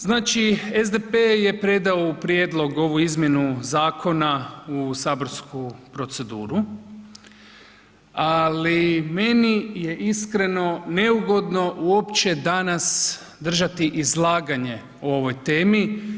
Znači SDP je predao u prijedlog ovu izmjenu zakona u saborsku proceduru ali meni je iskreno neugodno uopće danas držati izlaganje o ovoj temi.